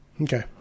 Okay